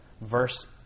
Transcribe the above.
verse